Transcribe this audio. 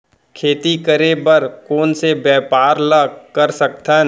खेती करे बर कोन से व्यापार ला कर सकथन?